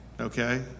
Okay